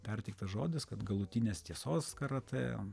perteiktas žodis kad galutinės tiesos karatė